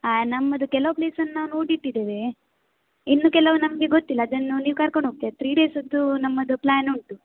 ಹಾಂ ನಮ್ಮದು ಕೆಲವು ಪ್ಲೇಸನ್ನ ನಾವು ನೋಡಿಟ್ಟಿದ್ದೇವೆ ಇನ್ನು ಕೆಲವು ನಮಗೆ ಗೊತ್ತಿಲ್ಲ ಅದನ್ನು ನೀವು ಕರ್ಕೊಂಡು ಹೋಗ್ತಿರ ತ್ರೀ ಡೇಸದ್ದು ನಮ್ಮದು ಪ್ಲ್ಯಾನ್ ಉಂಟು